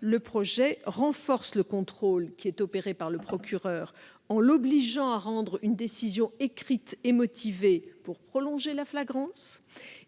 le projet de loi renforce le contrôle opéré par le procureur en obligeant celui-ci à rendre une décision écrite et motivée pour prolonger la flagrance.